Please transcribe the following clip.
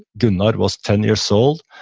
gunnar, was ten years old,